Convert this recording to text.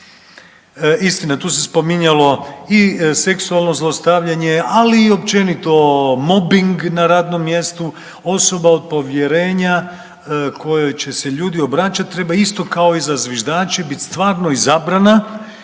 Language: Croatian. istina tu se spominjalo i seksualno zlostavljanje, ali i općenito mobing na radnom mjestu. Osoba od povjerenja kojoj će se ljudi obraćat treba isto kao i za zviždače bit stvarno izabrana